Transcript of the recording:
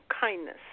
Kindness